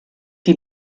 die